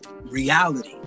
reality